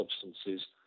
substances